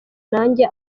nanjye